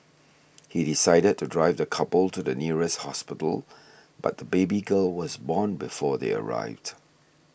he decided to drive the couple to the nearest hospital but the baby girl was born before they arrived